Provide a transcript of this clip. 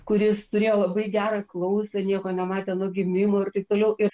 kuris turėjo labai gerą klausą nieko nematė nuo gimimo ir taip toliau ir